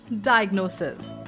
diagnosis